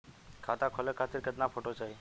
खाता खोले खातिर केतना फोटो चाहीं?